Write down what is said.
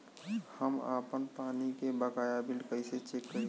हम आपन पानी के बकाया बिल कईसे चेक करी?